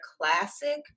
classic